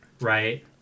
Right